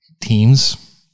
teams